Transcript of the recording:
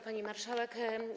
Pani Marszałek!